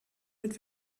mit